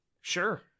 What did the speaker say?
Sure